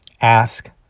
ask